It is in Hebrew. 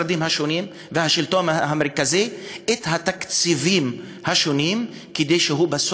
המשרדים השונים והשלטון המרכזי את התקציבים כדי שהוא,